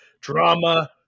drama